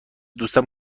دوستم